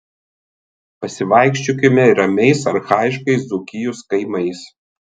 pasivaikščiokime ramiais archaiškais dzūkijos kaimais